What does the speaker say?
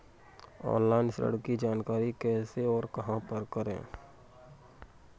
Online ऋण की जानकारी कैसे और कहां पर करें?